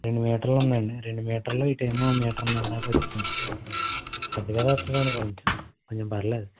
రెండు మీటర్లు ఉందండి రెండు మీటర్లు ఇటేమో మీటరన్నర దాకా వచ్చింది పెద్ద గదే వత్తస్తుంది అనుకుంట కొంచెం పర్లేదు